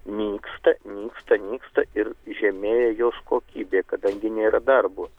nyksta nyksta nyksta ir žemėja jos kokybė kadangi nėra darbo